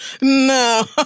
no